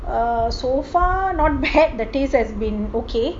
err so far not had the taste has been okay